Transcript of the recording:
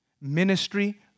Ministry